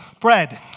bread